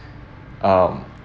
um